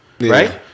right